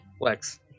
Lex